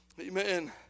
Amen